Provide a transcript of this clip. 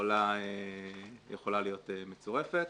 יכולה להיות מצורפת